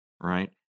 right